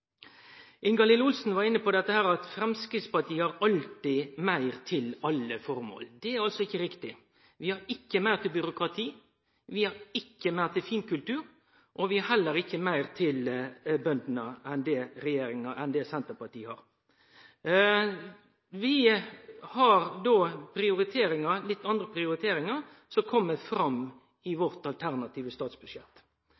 Olsen var inne på at Framstegspartiet alltid har meir til alle formål. Det er ikkje riktig. Vi har ikkje meir til byråkrati, vi har ikkje meir til finkultur, og vi har heller ikkje meir til bøndene enn det Senterpartiet har. Vi har litt andre prioriteringar, som kjem fram i